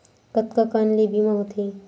कतका कन ले बीमा होथे?